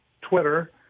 Twitter